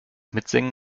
mitsingen